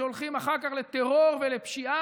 שהולכים אחר כך לטרור ולפשיעה,